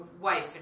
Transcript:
wife